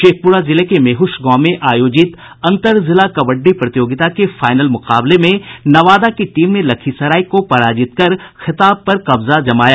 शेखपुरा जिले के मेहुष गांव में आयोजित अंतर जिला कबड्डी प्रतियोगिता के फाईनल मुकाबले में नवादा की टीम ने लखीसराय को पराजित कर खिताब पर कब्जा जमाया